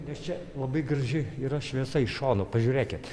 nes čia labai graži yra šviesa iš šono pažiūrėkit